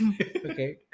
Okay